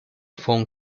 phone